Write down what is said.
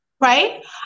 Right